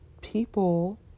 people